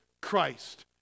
Christ